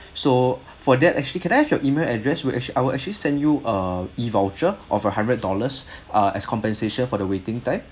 so for that actually can I have your email address we actually I will actually send you a E_voucher of a hundred dollars ah as compensation for the waiting time